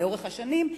לאורך השנים,